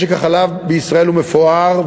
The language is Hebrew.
משק החלב בישראל הוא מפואר,